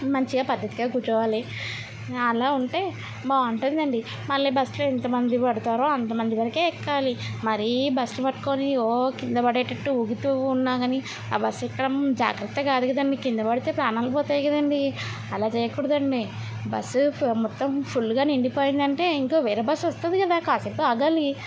మంచిగా పద్దతిగా కూర్చోవాలి అలా ఉంటే బావుంటదండీ మళ్ళీ బస్లో ఎంతమంది పడతారో అంతమంది వరకే ఎక్కాలి మరీ బస్ పట్టుకొని ఓ కింద పడేటట్టు ఉన్నాగానీ ఆ బస్ ఎక్కడం జాగ్రత్త కాదు కదండీ కింద పడితే ప్రాణాలు పోతాయి కదండీ అలా చేయకూడదండి బస్సు మొత్తం ఫుల్లుగా నిండిపోయిందంటే ఇంకో వేరే బస్ వస్తుంది కదా కాసేపు ఆగాలి